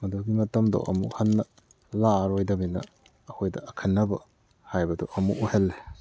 ꯑꯗꯨꯒꯤ ꯃꯇꯝꯗꯣ ꯑꯃꯨꯛ ꯍꯟꯅ ꯂꯥꯛꯂꯔꯣꯏꯗꯕꯅꯤꯅ ꯑꯩꯈꯣꯏꯗ ꯑꯈꯟꯅꯕ ꯍꯥꯏꯕꯗꯨ ꯑꯃꯨꯛ ꯑꯣꯏꯍꯜꯂꯦ